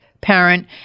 parent